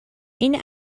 این